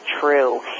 true